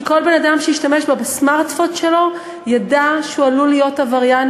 כי כל בן-אדם שישתמש פה בסמארטפון שלו ידע שהוא עלול להיות עבריין